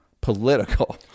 political